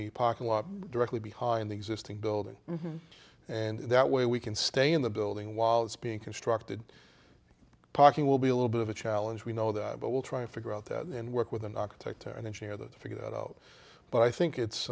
the parking lot directly behind the existing building and that way we can stay in the building while it's being constructed parking will be a little bit of a challenge we know that but we'll try to figure out that and work with an architect or an engineer that figure that out but i think